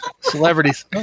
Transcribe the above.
Celebrities